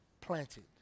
planted